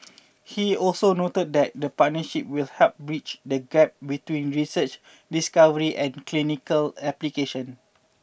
he also noted that the partnership will help bridge the gap between research discovery and clinical application